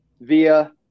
via